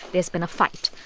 there's been a fight.